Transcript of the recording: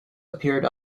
appeared